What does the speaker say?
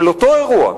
של אותו אירוע,